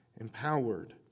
Empowered